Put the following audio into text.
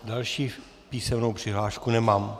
Další písemnou přihlášku nemám.